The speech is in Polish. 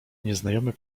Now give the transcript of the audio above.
nieznajomy